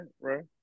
right